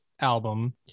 album